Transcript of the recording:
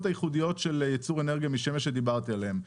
הייחודיות של ייצור אנרגיה משמש שדיברתי עליהם.